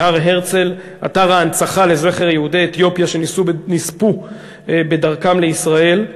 בהר-הרצל אתר ההנצחה של עולי אתיופיה שנספו בדרכם לישראל.